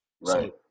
Right